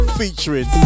featuring